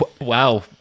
Wow